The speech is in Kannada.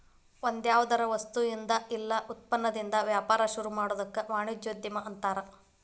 ಒಂದ್ಯಾವ್ದರ ವಸ್ತುಇಂದಾ ಇಲ್ಲಾ ಉತ್ಪನ್ನದಿಂದಾ ವ್ಯಾಪಾರ ಶುರುಮಾಡೊದಕ್ಕ ವಾಣಿಜ್ಯೊದ್ಯಮ ಅನ್ತಾರ